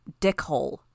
Dickhole